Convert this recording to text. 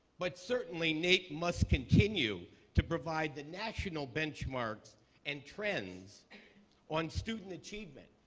but certainly, naep must continue to provide the national benchmarks and trends on student achievement.